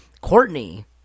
Courtney